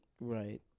Right